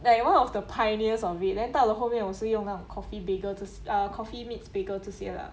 like you one of the pioneers of it then 到了后面我是用那种 coffee bagel uh coffee meets bagel 这些啦